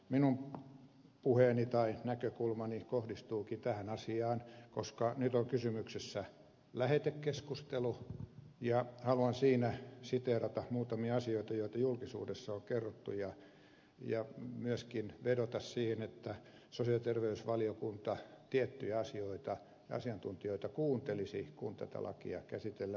minun puheeni tai näkökulmani kohdistuukin tähän asiaan koska nyt on kysymyksessä lähetekeskustelu ja haluan siinä siteerata muutamia asioita joita julkisuudessa on kerrottu ja myöskin vedota siihen että sosiaali ja terveysvaliokunta tiettyjä asioita ja asiantuntijoita kuuntelisi kun tätä lakia käsitellään